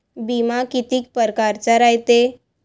बिमा कितीक परकारचा रायते?